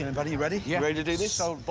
and buddy, ready, yeah ready to do this. so but